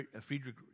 Friedrich